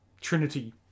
trinity